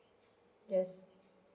yes